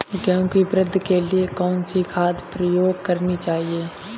गेहूँ की वृद्धि के लिए कौनसी खाद प्रयोग करनी चाहिए?